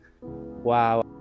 Wow